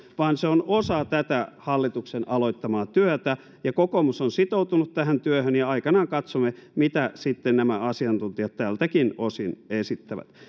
vaan se on osa tätä hallituksen aloittamaa työtä ja kokoomus on sitoutunut tähän työhön ja aikanaan katsomme mitä sitten nämä asiantuntijat tältäkin osin esittävät